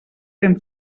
ben